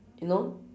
you know